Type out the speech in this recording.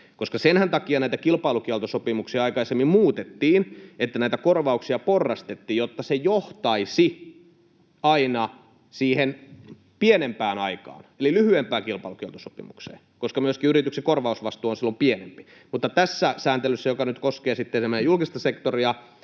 Koska senhän takia näitä kilpailukieltosopimuksia aikaisemmin muutettiin, että näitä korvauksia porrastettiin, jotta se johtaisi aina siihen pienempään aikaan, eli lyhyempään kilpailukieltosopimukseen, koska myöskin yrityksen korvausvastuu on silloin pienempi. Mutta tässä sääntelyssä, joka nyt koskee julkista sektoria,